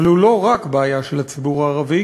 אבל הוא לא רק בעיה של הציבור הערבי,